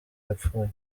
yapfuye